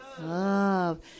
Love